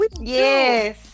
yes